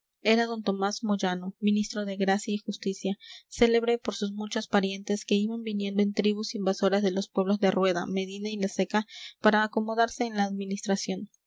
era don tomás moyano ministro de gracia y justicia célebre por sus muchos parientes que iban viniendo en tribus invasoras de los pueblos de rueda medina y la seca para acomodarse en la administración